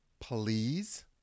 Please